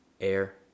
air